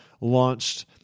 launched